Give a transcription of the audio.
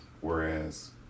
whereas